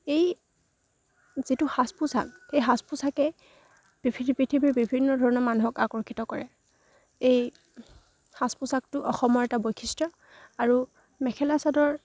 এই যিটো সাজ পোছাক এই সাজ পোছাকে পৃথিৱীৰ বিভিন্ন ধৰণৰ মানুহক আকৰ্ষিত কৰে এই সাজ পোছাকটো অসমৰ এটা বৈশিষ্ট্য আৰু মেখেলা চাদৰ